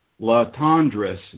LaTondres